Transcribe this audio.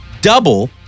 double